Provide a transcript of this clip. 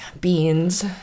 Beans